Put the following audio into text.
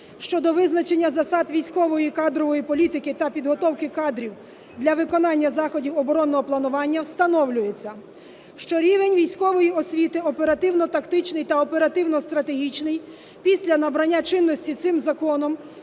щодо визначення засад військової кадрової політики та підготовки кадрів для виконання заходів оборонного планування встановлюється, що рівень військової освіти "оперативно-тактичний" та "оперативно-стратегічний" після набрання чинності цим законом